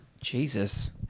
Jesus